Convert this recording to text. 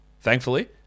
thankfully